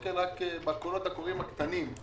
תסתכל בקולות הקוראים של